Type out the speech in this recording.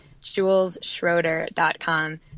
julesschroeder.com